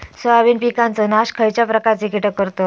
Soybean पिकांचो नाश खयच्या प्रकारचे कीटक करतत?